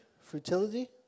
fertility